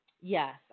yes